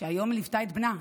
שהיום ליוותה את בנה.